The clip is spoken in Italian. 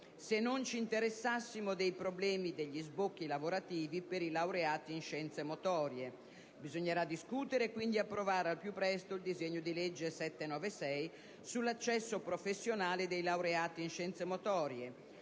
se non ci interessassimo dei problemi degli sbocchi lavorativi per i laureati in scienze motorie. Bisognerà discutere e quindi approvare al più presto il disegno di legge (Atto Senato n. 796) sull'accesso professionale dei laureati in scienze motorie,